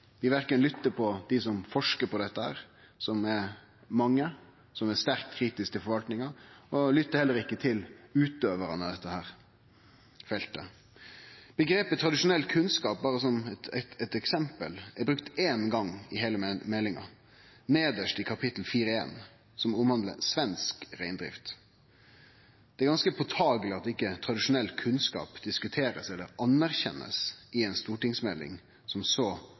Vi lyttar verken til dei som forskar på dette, som er mange, og som er sterkt kritiske til forvaltninga, eller til utøvarane på dette feltet. Omgrepet tradisjonell kunnskap, berre som eit eksempel, er brukt éin gong i heile meldinga, nedst i kapittel 4.1, som omhandlar svensk reindrift. Det er ganske påtakeleg at ikkje tradisjonell kunnskap blir diskutert eller anerkjend i ei stortingsmelding som så